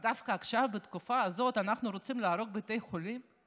אז דווקא עכשיו בתקופה הזאת אנחנו רוצים להרוג את בתי החולים?